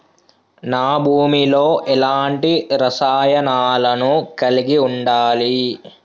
నా భూమి లో ఎలాంటి రసాయనాలను కలిగి ఉండాలి?